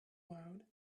road